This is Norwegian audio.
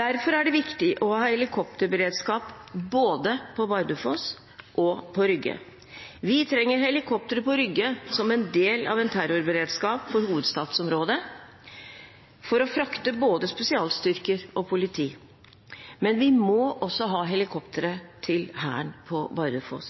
Derfor er det viktig å ha en helikopterberedskap både på Bardufoss og på Rygge. Vi trenger helikoptre på Rygge som en del av en terrorberedskap for hovedstadsområdet for å frakte både spesialstyrker og politi. Men vi må også ha helikoptre til Hæren på Bardufoss.